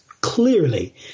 Clearly